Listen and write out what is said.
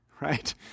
right